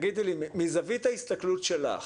מזווית ההסתכלות שלך,